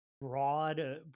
broad